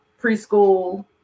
preschool